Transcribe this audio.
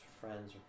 friends